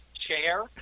chair